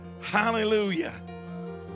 Hallelujah